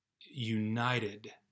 united